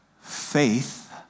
Faith